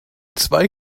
zwei